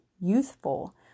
youthful